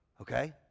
okay